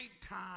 time